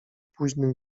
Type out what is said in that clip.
późnym